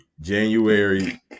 January